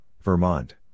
Vermont